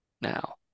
now